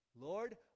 Lord